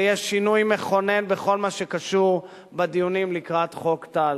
זה יהיה שינוי מכונן בכל מה שקשור לדיונים לקראת חוק טל.